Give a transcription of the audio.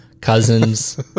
Cousins